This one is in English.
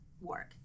work